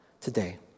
today